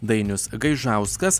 dainius gaižauskas